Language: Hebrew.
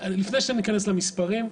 לפני שאני אכנס למספרים,